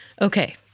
Okay